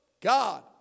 God